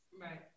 right